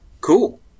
Cool